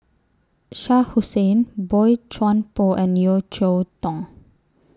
Shah Hussain Boey Chuan Poh and Yeo Cheow Tong